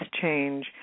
change